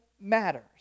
matters